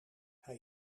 hij